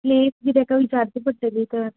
place बी ताका विचारची पडटली थंय